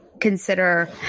consider